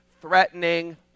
threatening